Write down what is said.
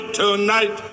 tonight